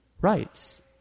Rights